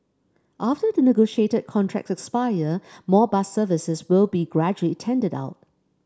after the negotiated contracts expire more bus services will be gradually tendered out